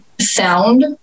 sound